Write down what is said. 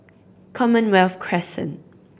Commonwealth Crescent